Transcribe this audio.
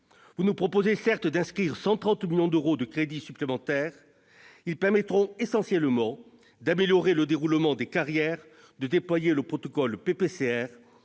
Vous nous proposez, certes, d'inscrire 130 millions d'euros de crédits supplémentaires : ils permettront essentiellement d'améliorer le déroulement des carrières, de déployer le protocole PPCR,